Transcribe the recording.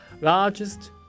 largest